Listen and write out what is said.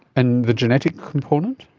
and the genetic component?